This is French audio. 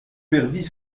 perdit